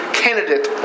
candidate